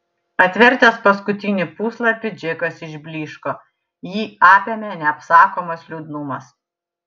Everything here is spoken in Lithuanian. atvertęs paskutinį puslapį džekas išblyško jį apėmė neapsakomas liūdnumas